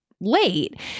late